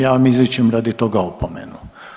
Ja vam izričem radi toga opomenu.